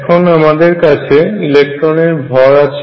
এখন আমদের কাছে ইলেকট্রন এর ভর m আছে